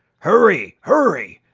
hurry, hurry!